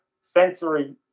sensory